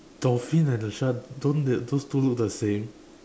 dolphin and a shark don't they those two look the same